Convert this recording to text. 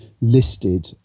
listed